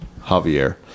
Javier